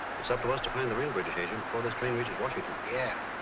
it's up to us to find the real british agent before this train reaches washington. yeah.